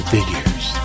Figures